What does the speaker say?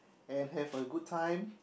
and have a good time